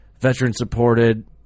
veteran-supported